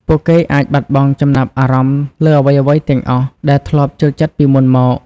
ពួកគេអាចបាត់បង់ចំណាប់អារម្មណ៍លើអ្វីៗទាំងអស់ ដែលធ្លាប់ចូលចិត្តពីមុនមក។